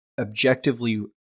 objectively